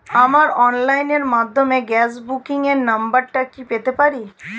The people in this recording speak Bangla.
আমার অনলাইনের মাধ্যমে গ্যাস বুকিং এর নাম্বারটা কি পেতে পারি?